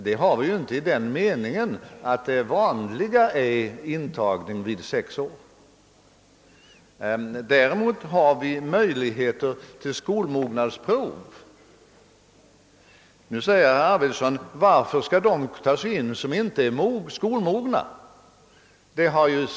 Det har vi inte i den meningen att det vanliga skulle vara intagning vid sex år. Däremot finns möjligheter till mognadsprov. Så frågar herr Arvidson: Varför skall de barn tas in som inte är skolmogna?